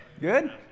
Good